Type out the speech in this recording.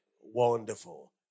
Wonderful